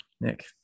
Nick